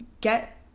get